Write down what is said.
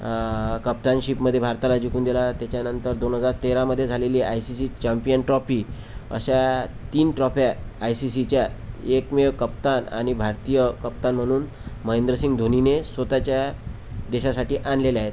कप्तानशीपमध्ये भारताला जिंकून दिला त्याच्यानंतर दोन हजार तेरामध्ये झालेली I C C champion trophy अशा तीन ट्रॉफ्या आय सी सीच्या एकमेव कप्तान आणि भारतीय कप्तान म्हणून महेंद्रसिंग धोनीने स्वतःच्या देशासाठी आणलेल्या आहेत